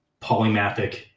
polymathic